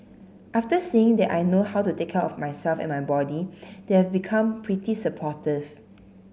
after seeing that I know how to take care of myself and my body they've become pretty supportive